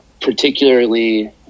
particularly